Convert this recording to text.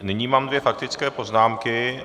Nyní mám dvě faktické poznámky.